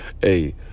Hey